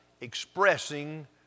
expressing